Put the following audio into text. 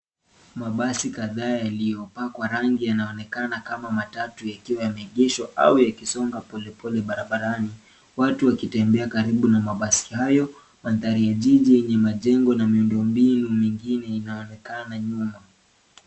Mabasi kadhaa yaliyopakwa rangi yanaonekana kama matatu yakiwa yameegeshwa au yakisonga polepole barabarani watu wakitembea karibu na mabasi hayo. Mandhari ya jiji yenye majengo na miundo mbinu mingine inaonekana nyuma.